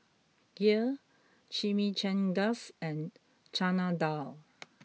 Kheer Chimichangas and Chana Dal